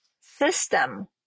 system